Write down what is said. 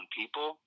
people